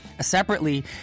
Separately